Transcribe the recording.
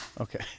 Okay